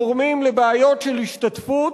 גורמים לבעיות של השתתפות,